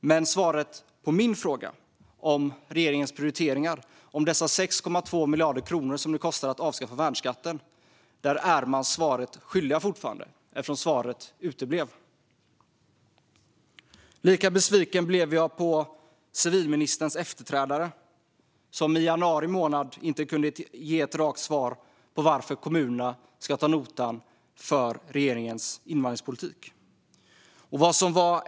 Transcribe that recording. Men på min fråga om regeringens prioriteringar, om dessa 6,2 miljarder kronor som det kostade att avskaffa värnskatten, är man fortfarande svaret skyldig. Lika besviken blev jag på civilministerns efterträdare, som i januari månad inte kunde ge ett rakt svar på varför kommunerna ska ta notan för regeringens invandringspolitik.